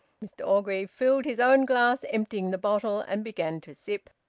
mr orgreave filled his own glass, emptying the bottle, and began to sip.